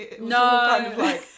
no